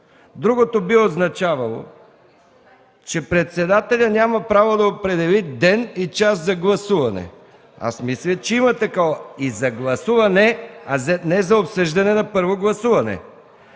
МИХАИЛ МИКОВ: ... че председателят няма право да определи ден и час за гласуване. Аз мисля, че има такова – и за гласуване, а не за обсъждане на първо гласуване.